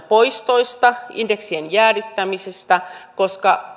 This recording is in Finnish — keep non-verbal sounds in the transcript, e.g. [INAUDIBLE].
[UNINTELLIGIBLE] poistoista indeksien jäädyttämisestä koska